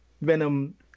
Venom